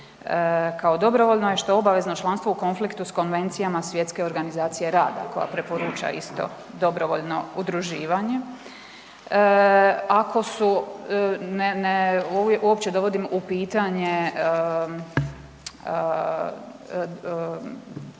kao dobrovoljno je što obavezno članstvo u konfliktu s konvencijama Svjetske organizacije rada, koja preporuča isto, dobrovoljno udruživanje. Ako su, ne, uopće dovodim u pitanje